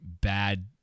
bad